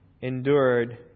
endured